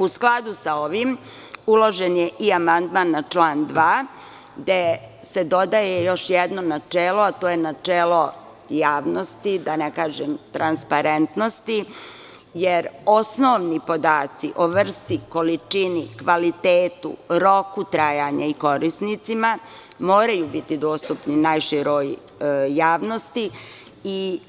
U skladu sa ovim, uložen je i amandman na član 2, gde se dodaje još jedno načelo, a to je „načelo javnosti“, da ne kažem transparentnosti, jer osnovni podaci o vrsti, količini, kvalitetu, roku trajanja i korisnicima moraju biti dostupni najširoj javnosti i